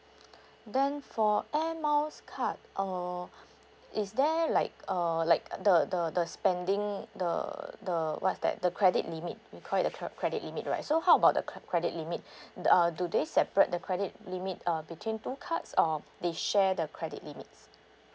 then for air miles card uh is there like err like a the the the spending the the what's that the credit limit we call it the cre~ credit limit right so how about the cre~ credit limit the uh do they separate the credit limit uh between two cards or they share the credit limits